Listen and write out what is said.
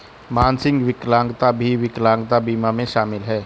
मानसिक विकलांगता भी विकलांगता बीमा में शामिल हैं